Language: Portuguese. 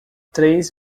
três